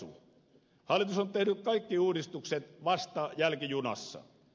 hallitus on tehnyt kaikki uudistukset vasta jälkijunassa